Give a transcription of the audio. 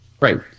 Right